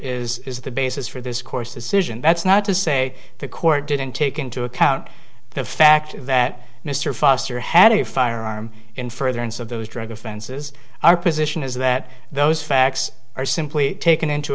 is is the basis for this course decision that's not to say the court didn't take into account the fact that mr foster had a firearm in furtherance of those drug offenses our position is that those facts are simply taken into